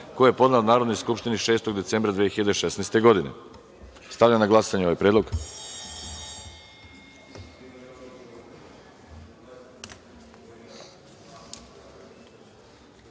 koji je podnela Narodnoj skupštini 6. decembra 2016. godine. Stavljam na glasanje ovaj